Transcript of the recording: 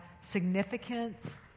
significance